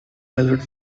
method